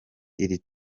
iri